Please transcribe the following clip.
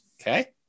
Okay